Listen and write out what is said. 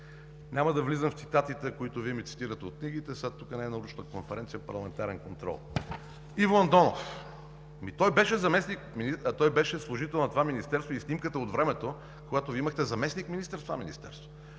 Няма да влизам в цитатите, които Вие ми цитирате от книгите, сега тук не е научна конференция, а парламентарен контрол. Иво Андонов. Ами той беше служител на това министерство и снимката е от времето, когато Вие имахте заместник-министър в това министерство.